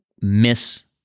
miss